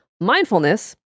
Mindfulness